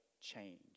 change